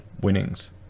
winnings